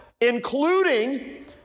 including